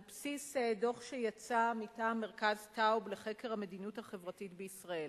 על בסיס דוח שיצא מטעם מרכז טאוב לחקר המדיניות החברתית בישראל.